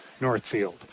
Northfield